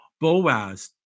Boaz